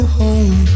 home